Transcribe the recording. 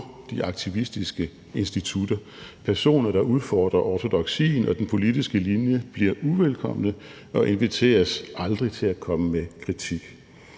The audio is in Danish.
de aktivistiske institutter. Personer, der udfordrer ortodoksien og den politiske linje, bliver uvelkomne og inviteres aldrig til at komme med kritik.